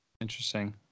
Interesting